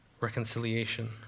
reconciliation